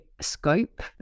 scope